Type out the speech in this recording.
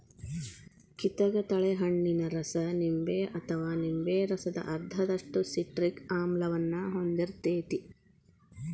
ಕಿತಗತಳೆ ಹಣ್ಣಿನ ರಸ ನಿಂಬೆ ಅಥವಾ ನಿಂಬೆ ರಸದ ಅರ್ಧದಷ್ಟು ಸಿಟ್ರಿಕ್ ಆಮ್ಲವನ್ನ ಹೊಂದಿರ್ತೇತಿ